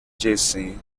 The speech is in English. jason